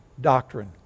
doctrine